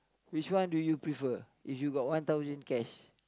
which one do you prefer if you got one thousand cash